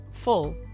full